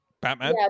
Batman